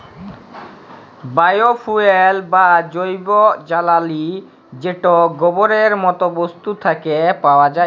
bio fuel বা জৈব জ্বালালী যেট গোবরের মত বস্তু থ্যাকে পাউয়া যায়